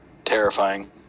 terrifying